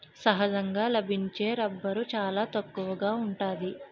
సహజంగా లభించే రబ్బరు చాలా తక్కువగా ఉంటాది